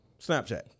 Snapchat